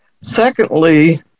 Secondly